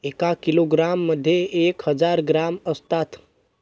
एका किलोग्रॅम मध्ये एक हजार ग्रॅम असतात